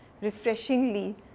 refreshingly